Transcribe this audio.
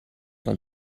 von